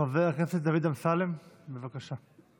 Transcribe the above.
חבר הכנסת דוד אמסלם, בבקשה.